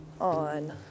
on